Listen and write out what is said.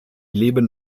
leben